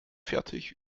fertig